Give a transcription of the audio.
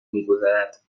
میگذرد